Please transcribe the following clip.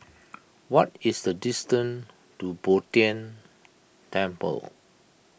what is the distance to Bo Tien Temple